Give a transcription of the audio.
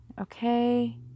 okay